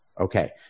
Okay